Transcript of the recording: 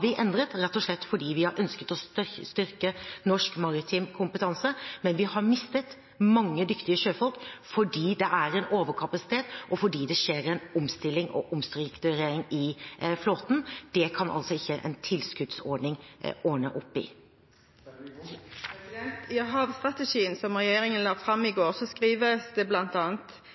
vi endret – rett og slett fordi vi har ønsket å styrke norsk maritim kompetanse. Men vi har mistet mange dyktige sjøfolk, fordi det er en overkapasitet, og fordi det skjer en omstilling og omstrukturering i flåten. Det kan ikke en tilskuddsordning ordne opp i. I havstrategien som regjeringen la fram i går, skrives det